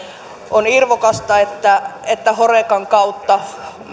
on irvokasta että että horecan kautta